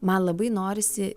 man labai norisi